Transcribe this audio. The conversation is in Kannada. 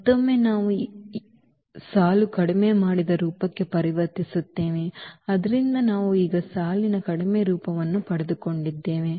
ಮತ್ತೊಮ್ಮೆ ನಾವು ಸಾಲು ಕಡಿಮೆ ಮಾಡಿದ ರೂಪಕ್ಕೆ ಪರಿವರ್ತಿಸುತ್ತೇವೆ ಆದ್ದರಿಂದ ನಾವು ಈಗ ಈ ಸಾಲಿನ ಕಡಿಮೆ ರೂಪವನ್ನು ಪಡೆದುಕೊಂಡಿದ್ದೇವೆ